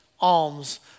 alms